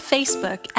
Facebook